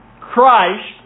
Christ